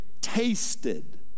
tasted